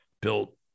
built